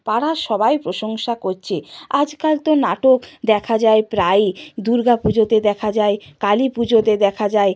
পাড়ার সবাই প্রশংসা করছে আজকাল তো নাটক দেখা যায় প্রায়ই দুর্গা পুজোতে দেখা যায় কালী পুজোতে দেখা যায়